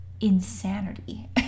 insanity